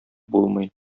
булмый